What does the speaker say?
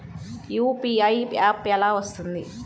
UPI app ఎలా వస్తుంది?